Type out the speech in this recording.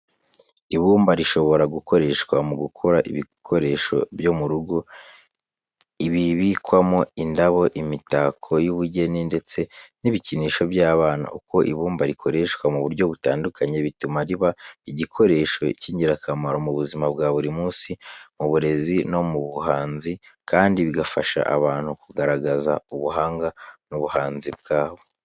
Ibumba rishobora gukoreshwa mu gukora ibikoresho byo mu rugo, ibibikwamo indabo, imitako y'ubugeni, ndetse n'ibikinisho by'abana. Uko ibumba rikoreshwa mu buryo butandukanye, bituma riba igikoresho cy'ingirakamaro mu buzima bwa buri munsi, mu burezi no mu buhanzi kandi bigafasha abantu kugaragaza ubuhanga n'ubuhanzi bwabo.